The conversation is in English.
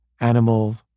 animal